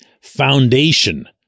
foundation